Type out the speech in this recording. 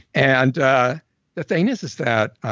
and the thing is is that